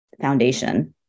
foundation